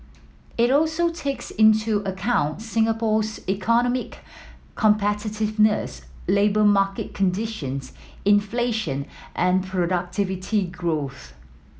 it also takes into account Singapore's economic competitiveness labour market conditions inflation and productivity growth